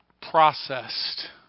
processed